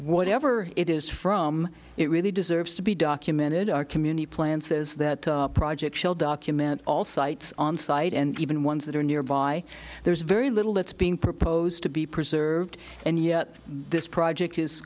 whatever it is from it really deserves to be documented our community plan says that project shall document all sites on site and even ones that are nearby there's very little that's being proposed to be preserved and yet this project is